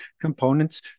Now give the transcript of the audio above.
components